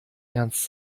ernst